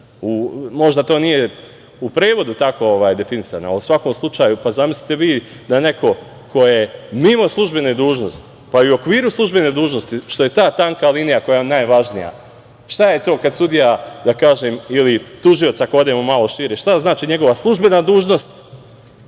Možda to nije u prevodu tako definisano. Zamislite vi da neko ko je mimo službene dužnosti, pa i u okviru službene dužnosti, što je ta tanka linija koja je najvažnija… Šta je to kada sudija, da kažem, ili tužilac, ako odemo malo šire, šta znači njegova službena dužnost,